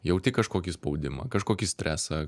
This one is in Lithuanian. jauti kažkokį spaudimą kažkokį stresą